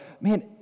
man